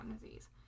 disease